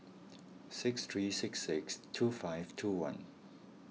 six three six six two five two one